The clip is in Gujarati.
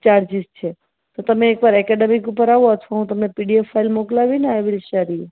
ચાર્જિસ છે તો તમે એકવાર એકેડેમી ઉપર આવો અથવા તો હું તમને પીડીએફ ફાઈલ મોકલાવીને આઈ વિલ શેર યુ